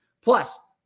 Plus